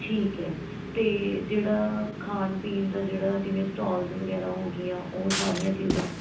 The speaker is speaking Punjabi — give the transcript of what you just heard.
ਠੀਕ ਹੈ ਅਤੇ ਜਿਹੜਾ ਖਾਣ ਪੀਣ ਦਾ ਜਿਹੜਾ ਜਿਵੇਂ ਸਟੋਲਜ਼ ਵਗੈਰਾ ਹੋਗੀਆਂ ਉਹ ਸਾਰੀਆਂ ਚੀਜ਼ਾਂ